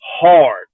hard